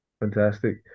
Fantastic